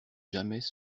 jamais